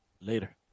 Later